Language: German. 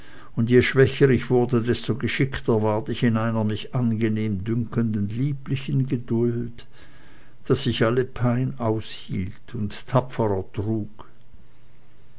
und je schwächer ich wurde desto geschickter ward ich in einer mich angenehm dünkenden lieblichen geduld daß ich alle pein aushielt und tapfer